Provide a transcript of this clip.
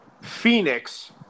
Phoenix